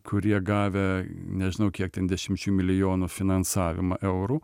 kurie gavę nežinau kiek ten dešimčių milijonų finansavimą eurų